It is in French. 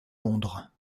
londres